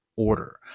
order